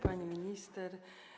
Pani Minister!